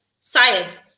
science